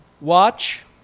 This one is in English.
Watch